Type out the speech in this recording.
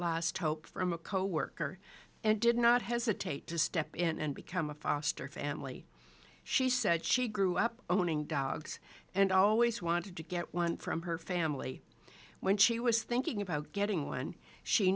last hope from a coworker and did not hesitate to step in and become a foster family she said she grew up owning dogs and always wanted to get one from her family when she was thinking about getting one she